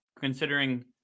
considering